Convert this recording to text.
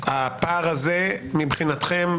הפער הזה מבחינתכם,